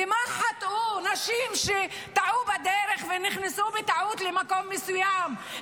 במה חטאו נשים שתעו בדרך ונכנסו בטעות למקום מסוים?